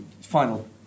final